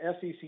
SEC